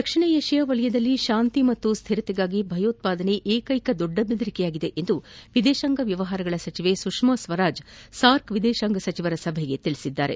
ದಕ್ಷಿಣ ಏಷ್ಯಾವಲಯದಲ್ಲಿ ಶಾಂತಿ ಮತ್ತು ಸ್ಥಿರತೆಗೆ ಭಯೋತ್ವಾದನೆ ಏಕ್ಕೆಕ ದೊಡ್ಡ ಬೆದರಿಕೆಯಾಗಿದೆ ಎಂದು ವಿದೇಶಾಂಗ ವ್ನವಹಾರಗಳ ಸಚಿವೆ ಸುಷ್ನಾಸ್ತರಾಜ್ ಸಾರ್ಕ್ ವಿದೇಶಾಂಗ ಸಚಿವರ ಸಭೆಗೆ ತಿಳಿಸಿದ್ದಾರೆ